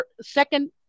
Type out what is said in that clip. second